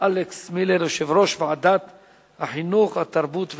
אלכס מילר, יושב-ראש ועדת החינוך, התרבות והספורט.